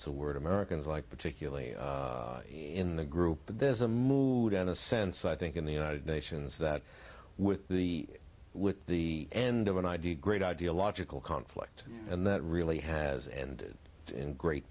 it's a word americans like particularly in the group but there's a mood in a sense i think in the united nations that with the with the end of an idea great ideological conflict and that really has and in great